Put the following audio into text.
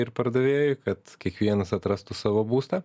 ir pardavėjui kad kiekvienas atrastų savo būstą